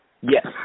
Yes